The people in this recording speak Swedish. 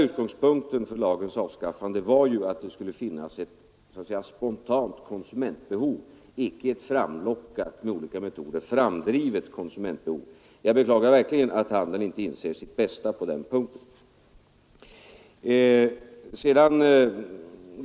Utgångspunkten för lagens avskaffande var ju att det skulle finnas ett spontant konsumentbehov, inte ett med olika metoder framlockat och framdrivet behov. Jag beklagar verkligen att handeln på den punkten inte har insett sitt eget bästa.